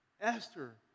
Esther